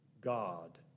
God